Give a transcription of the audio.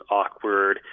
awkward